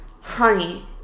Honey